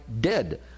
dead